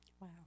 Wow